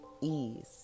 Ease